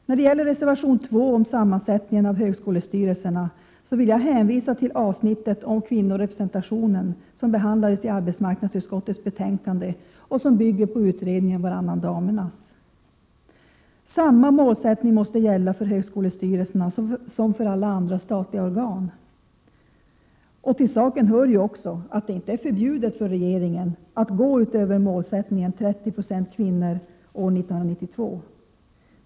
När det gäller reservation 2 om sammansättningen av högskolestyrelserna vill jag hänvisa till avsnittet om kvinnorepresentation i arbetsmarknadsutskottets betänkande, som bygger på utredningen Varannan damernas. Samma målsättning måste gälla för högskolestyrelserna som för alla andra statliga organ. Till saken hör också att det inte är förbjudet för regeringen att gå utöver målsättningen 30 96 kvinnor år 1992.